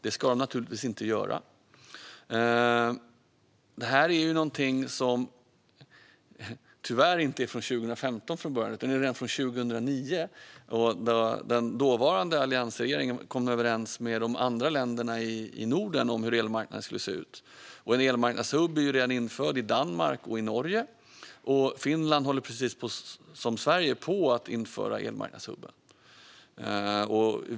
Det ska de naturligtvis inte göra. Förslaget är tyvärr inte från 2015 utan kom redan 2009 när den dåvarande alliansregeringen kom överens med de andra länderna i Norden om hur elmarknaden skulle se ut. En elmarknadshubb är redan införd i Danmark och i Norge, och Finland håller, precis som Sverige, på att införa en elmarknadshubb.